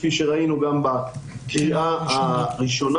כפי שראינו גם בקריאה הראשונה,